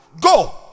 Go